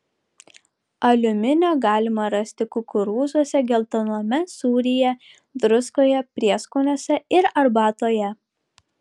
aliuminio galima rasti kukurūzuose geltoname sūryje druskoje prieskoniuose ir arbatoje